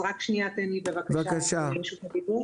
אז רק שנייה תן לי בבקשה את רשות הדיבור.